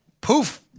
poof